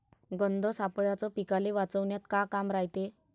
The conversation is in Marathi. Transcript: गंध सापळ्याचं पीकाले वाचवन्यात का काम रायते?